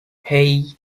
hey